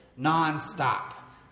non-stop